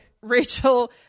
Rachel